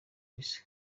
risa